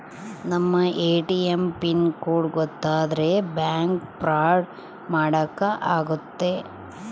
ನಮ್ ATM pin code ಗೊತ್ತಾದ್ರೆ bank fraud ಮಾಡಾಕ ಆಗುತ್ತೆ